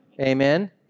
Amen